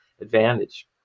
advantage